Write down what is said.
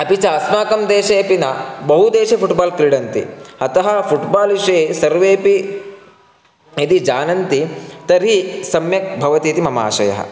अपि च अस्माकं देशेपि न बहुदेशे फ़ुट्बाल् क्रीडन्ति अतः फ़ुट्बाल् विषये सर्वेपि यदि जानन्ति तर्हि सम्यक् भवतीति मम आशयः